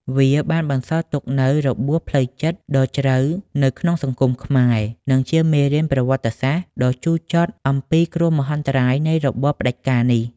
វាបានបន្សល់ទុកនូវរបួសផ្លូវចិត្តដ៏ជ្រៅនៅក្នុងសង្គមខ្មែរ និងជាមេរៀនប្រវត្តិសាស្ត្រដ៏ជូរចត់អំពីគ្រោះមហន្តរាយនៃរបបផ្តាច់ការនេះ។